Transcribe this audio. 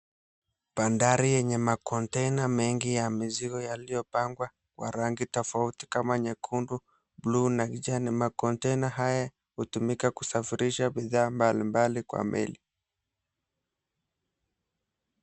Bandari yenye makontena mengi ya mizigo yaliyopangwa kwa rangi tofauti kama nyekundu, bluu na kijani makontena haya yanatumika kusafirisha bidhaa mbali mbali kwa meli.